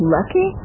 Lucky